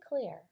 clear